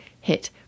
hit